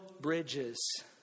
bridges